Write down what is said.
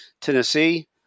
Tennessee